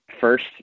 first